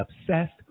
obsessed